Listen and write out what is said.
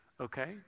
Okay